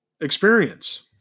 experience